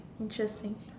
interesting